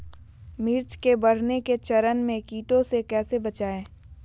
मिर्च के बढ़ने के चरण में कीटों से कैसे बचये?